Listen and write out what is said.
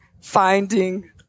finding